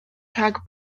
rhag